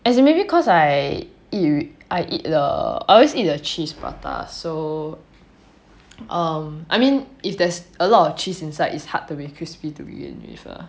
as in maybe cause I eat with I eat the err I always eat the cheese prata so so um I mean if there is a lot of cheese inside it's hard to be crispy to begin with ah